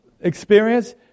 experience